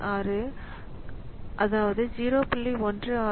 166 0